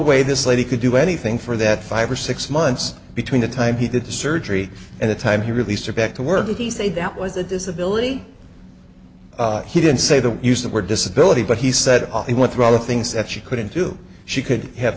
way this lady could do anything for that five or six months between the time he did the surgery and the time he released her back to work that he said that was a disability he didn't say the use the word disability but he said he went through all the things that she couldn't do she could have